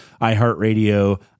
iHeartRadio